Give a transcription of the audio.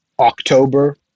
October